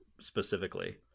specifically